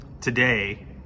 today